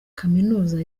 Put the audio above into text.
kaminuza